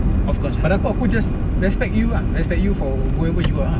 of course kalau aku aku just respect you ah respect you for whoever you are ah